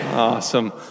awesome